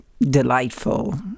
delightful